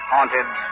haunted